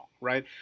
right